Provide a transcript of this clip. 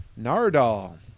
Nardal